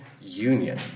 union